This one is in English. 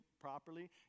properly